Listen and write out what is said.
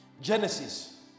Genesis